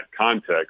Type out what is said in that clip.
context